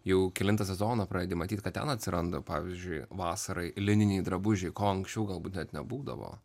jau kelintą sezoną pradedi matyti ten atsiranda pavyzdžiui vasarai lininiai drabužiai ko anksčiau galbūt net būdavo